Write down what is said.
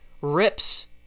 rips